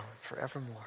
forevermore